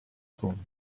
fondo